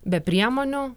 be priemonių